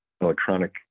electronic